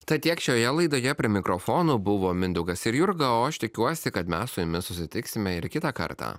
tad tiek šioje laidoje prie mikrofono buvo mindaugas ir jurga o aš tikiuosi kad mes su jumis susitiksime ir kitą kartą